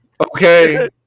okay